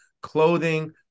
clothing